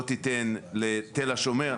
לא תיתן לתל השומר.